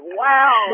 wow